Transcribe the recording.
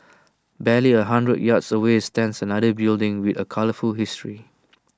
barely A hundred yards away stands another building with A colourful history